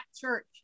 church